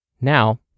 Now